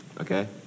okay